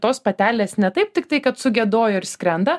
tos patelės ne taip tiktai kad sugiedojo ir skrenda